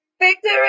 Victory